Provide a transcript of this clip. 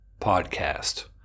podcast